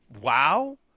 wow